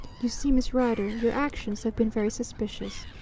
you see, miss rider, your actions have been very suspicious.